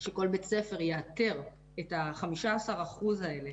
שכל בית ספר יאתר את ה-15% האלה,